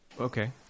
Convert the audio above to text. Okay